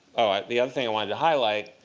the other thing i wanted to highlight,